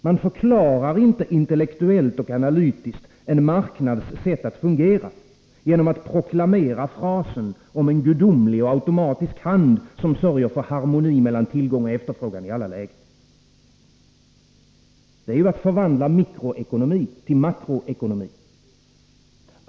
Man förklarar inte intellektuellt och analytiskt en marknads sätt att fungera genom att proklamera frasen om en gudomlig och automatisk hand, som sörjer för harmoni mellan tillgång och efterfrågan i alla lägen. Det är ju att förvandla mikroekonomi till makroekonomi.